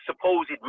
supposed